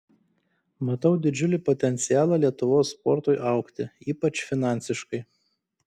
matau didžiulį potencialą lietuvos sportui augti ypač finansiškai